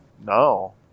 No